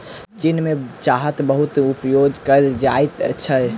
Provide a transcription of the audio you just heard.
चीन में चाहक बहुत उपभोग कएल जाइत छै